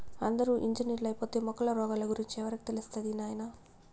అందరూ ఇంజనీర్లైపోతే మొక్కల రోగాల గురించి ఎవరికి తెలుస్తది నాయనా